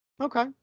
Okay